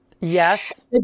Yes